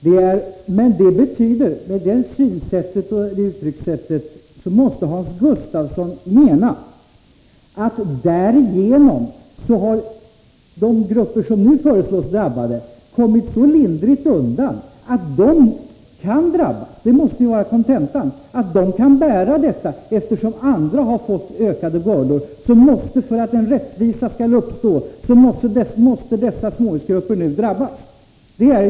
Hans Gustafsson måste mena att de grupper som nu föreslås bli drabbade kommit så lindrigt undan att de nu kan utsättas för detta. Det måste vara kontentan — att, eftersom andra har fått ökade bördor, dessa småhusgrupper nu måste drabbas för att rättvisa skall uppstå.